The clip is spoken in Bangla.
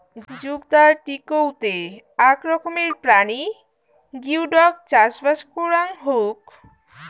জুগদার টিকৌতে আক রকমের প্রাণী গিওডক চাষবাস করাং হউক